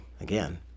again